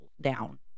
down